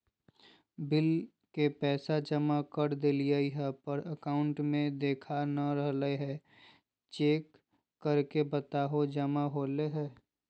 Bill के पैसा जमा कर देलियाय है पर अकाउंट में देखा नय रहले है, चेक करके बताहो जमा होले है?